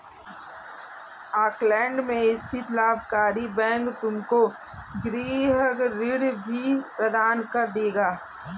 Auckland में स्थित लाभकारी बैंक तुमको गृह ऋण भी प्रदान कर देगा